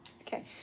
okay